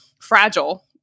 fragile